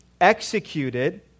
executed